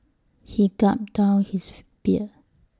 he gulped down his beer